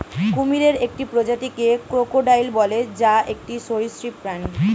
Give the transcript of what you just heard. কুমিরের একটি প্রজাতিকে ক্রোকোডাইল বলে, যা একটি সরীসৃপ প্রাণী